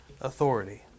authority